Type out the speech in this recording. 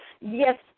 yes